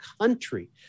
country